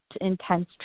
intense